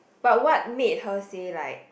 but what made her say like